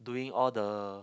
doing all the